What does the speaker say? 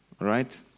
right